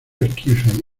esquife